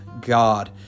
God